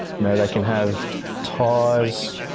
know, they can have ties,